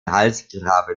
halsgraben